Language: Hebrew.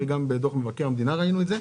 וגם בדוח מבקר המדינה ראינו את זה.